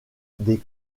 des